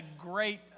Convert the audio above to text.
great